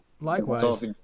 Likewise